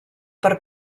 per